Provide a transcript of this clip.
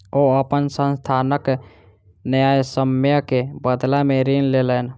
ओ अपन संस्थानक न्यायसम्य के बदला में ऋण लेलैन